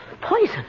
Poison